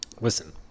Listen